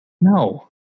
No